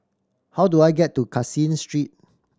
how do I get to Caseen Street